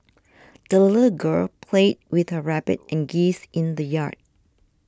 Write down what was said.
the little girl played with her rabbit and geese in the yard